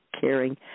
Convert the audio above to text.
caring